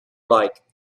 like